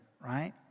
right